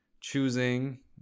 choosing